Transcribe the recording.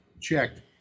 checked